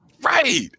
Right